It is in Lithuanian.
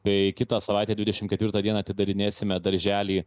bei kitą savaitę dvidešim ketvirtą dieną atidarinėsime darželį